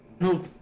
No